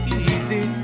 easy